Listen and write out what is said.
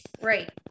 Right